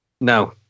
no